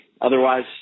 Otherwise